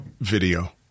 video